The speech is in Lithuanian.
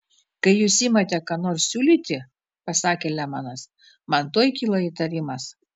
kai jūs imate ką nors siūlyti pasakė lemanas man tuoj kyla įtarimas